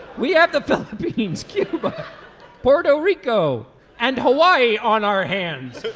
we have the philippines cuba puerto rico and hawaii on our hands